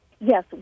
Yes